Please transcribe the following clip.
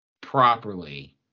Properly